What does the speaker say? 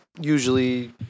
usually